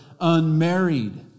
unmarried